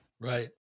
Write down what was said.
Right